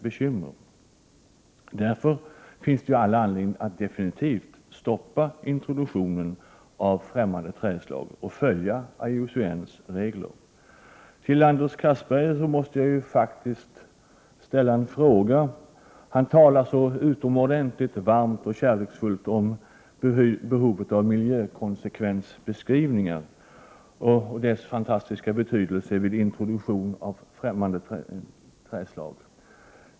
Således finns det all anledning att definitivt stoppa introduktionen av främmande trädslag och att följa TUCN:s regler. Så till Anders Castberger. Han talar utomordentligt varmt och kärleksfullt om behovet av miljökonsekvensbeskrivningar och om deras fantastiska betydelse vid introduktionen av främmande trädslag.